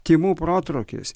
tymų protrūkis